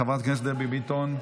חברת הכנסת דבי ביטון,